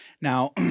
now